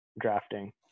drafting